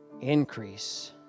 increase